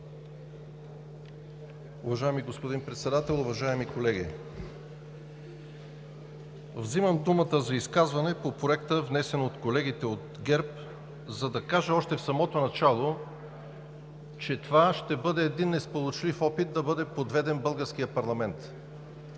Уважаеми господин Председател, уважаеми колеги! Взимам думата за изказване по Проекта, внесен от колегите от ГЕРБ, за да кажа още в самото начало, че това ще бъде един несполучлив опит да бъде подведен българският парламент.